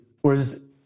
Whereas